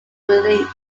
release